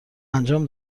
انجام